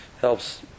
helps